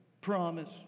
Promise